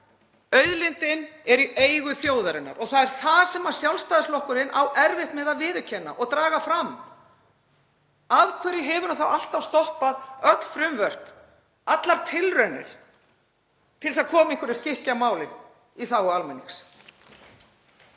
Auðlindin er í eigu þjóðarinnar. Það er það sem Sjálfstæðisflokkurinn á erfitt með að viðurkenna og draga fram. Af hverju hefur hann alltaf stoppað öll frumvörp, allar tilraunir til þess að koma einhverju skikki á málin í þágu almennings?